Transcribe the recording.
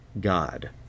God